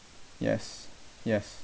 yes yes